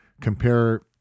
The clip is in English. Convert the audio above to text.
compare